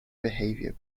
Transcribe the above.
behavior